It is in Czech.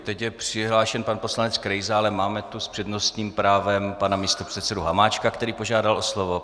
Teď je přihlášen pan poslanec Krejza, ale máme tu s přednostním právem pana místopředsedu Hamáčka, který požádal o slovo.